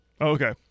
okay